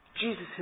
Jesus